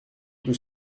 tout